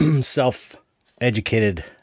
self-educated